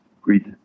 Greet